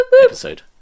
episode